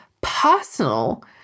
personal